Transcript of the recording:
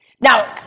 Now